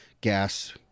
gas